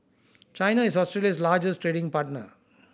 China is Australia's largest trading partner